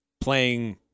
playing